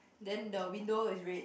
then the window is red